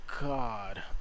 God